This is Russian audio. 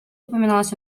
упоминалось